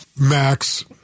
Max